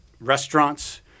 restaurants